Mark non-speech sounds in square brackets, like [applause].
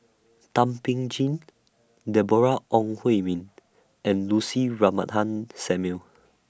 Thum Ping Tjin Deborah Ong Hui Min and Lucy [unintelligible] Samuel